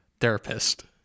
therapist